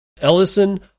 Ellison